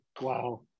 wow